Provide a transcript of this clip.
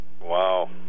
Wow